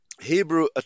Hebrew